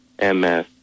MS